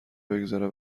بگذره